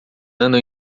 andam